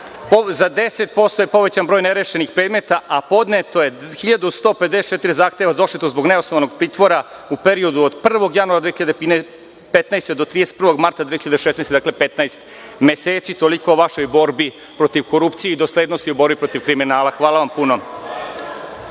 Za 10% je povećan broj nerešenih predmeta, a podneto je 1.154 zahteva za odštetu zbog neosnovanog pritvora u periodu od 1. januara 2015. godine do 31. marta 2016. godine, dakle 15 meseci. Toliko o vašoj borbi protiv korupcije i doslednosti i borbi protiv kriminala. Hvala puno.